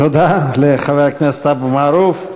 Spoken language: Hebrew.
תודה לחבר הכנסת אבו מערוף.